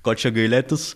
ko čia gailėtis